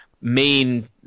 main